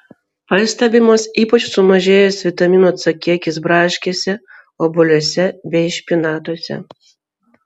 pastebimas ypač sumažėjęs vitamino c kiekis braškėse obuoliuose bei špinatuose